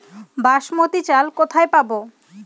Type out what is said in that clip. বাসমতী চাল কোথায় পাবো?